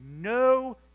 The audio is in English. no